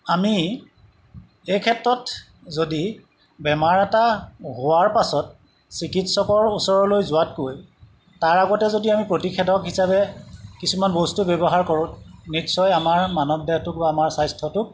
আমি এই ক্ষেত্ৰত যদি বেমাৰ এটা হোৱাৰ পাছত চিকিৎসকৰ ওচৰলৈ যোৱাতকৈ তাৰ আগতে যদি আমি প্ৰতিষেধক হিচাপে কিছুমান বস্তু ব্যৱহাৰ কৰোঁ নিশ্চয় আমাৰ মানৱ দেহটোক বা আমাৰ স্বাস্থ্যটোক